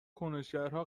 کنشگرها